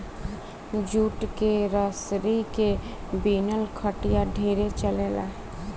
jute के रसरी के बिनल खटिया ढेरे चलेला